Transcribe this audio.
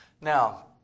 Now